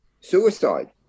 suicide